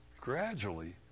gradually